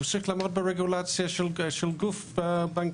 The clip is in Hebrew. הוא צריך לעמוד ברגולציה של גוף בנקאי,